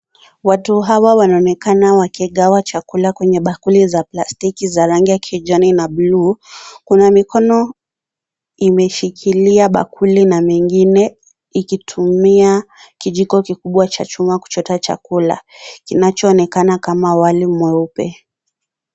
Watu hawa wanaonekana wakigawa chakula kwenye bakuli za plastiki zenye rangi ya kijani na buluu. Kuna mikono imeshikila bakuli na mingine ikitumia kijiko kikubwa cha chuma kuchota chakula kinachoonekana kama wali mweupe.